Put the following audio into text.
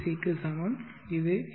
க்கு சமம் இது எல்